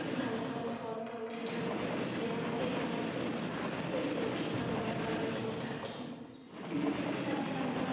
ভালো ভালো ফলটল দিয়ে ঠাকুরকে পুজো দেওয়া এ সমস্ত প্রতি লক্ষ্মীবার আমরা পালন করে থাকি ঝাতে আমরা